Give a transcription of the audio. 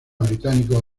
británico